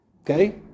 okay